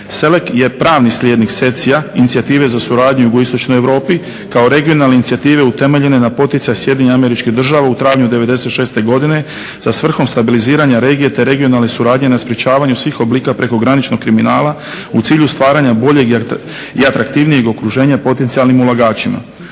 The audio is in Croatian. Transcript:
SELEC je pravni slijednik SECI inicijative za suradnju Jugoistočnoj Europi kao regionalne inicijative utemeljene na poticaj SAD u travnju '96. godine sa svrhom stabiliziranja regije te regionalne suradnje na sprečavanju svih oblika prekograničnog kriminala u cilju stvaranja boljeg i atraktivnijeg okruženja potencijalnim ulagačima.